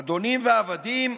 אדונים ועבדים,